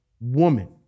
woman